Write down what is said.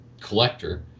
collector